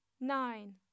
nine